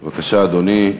בבקשה, אדוני.